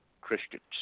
Christians